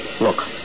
Look